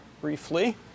briefly